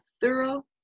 thorough